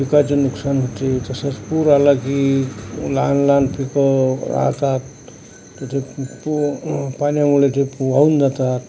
पिकांचे नुकसान होते तसंच पूर आला की लहान लहान पिकं राहतात पु पाण्यामुळे ते पु वाहून जातात